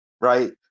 Right